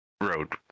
road